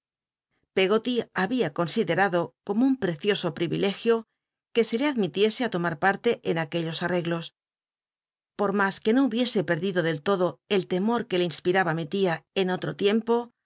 pcggol habia considerado como un precio o priyilegio juc o le admitiese a tomar l al'te en aquellos arreglos por mas que no hubiese perdido del todo el temor que le inspiraba mi tia en ollo tiempo